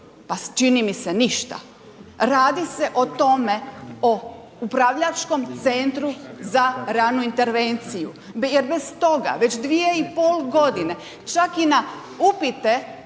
pa čini mi se ništa. Radi se o tome o upravljačkom centru za ranu intervenciju jer bez toga već 2 i pol godine čak i na upite